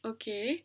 okay